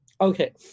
okay